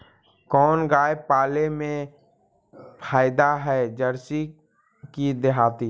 कोन गाय पाले मे फायदा है जरसी कि देहाती?